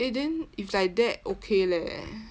eh then if like that okay leh